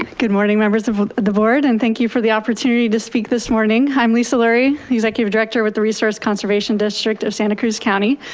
good morning members of the board and thank you for the opportunity to speak this morning. i'm lisa lurie, executive director with the resource conservation district of santa cruz county.